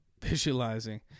Visualizing